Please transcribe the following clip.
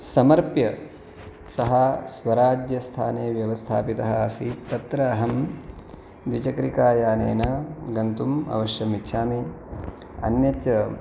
समर्प्य सः स्वराज्यस्थाने व्यवस्थापितः आसीत् तत्र अहं द्विचक्रिकायानेन गन्तुम् अवश्यम् इच्छामि अन्यच्च